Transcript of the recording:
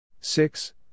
Six